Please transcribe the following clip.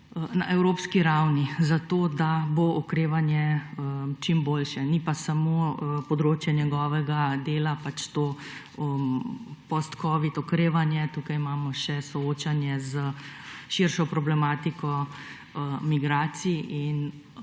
na evropski ravni, zato da bo okrevanje čim boljše. Ni pa področje njegovega dela samo postcovid okrevanje, tukaj imamo še soočanje s širšo problematiko migracij.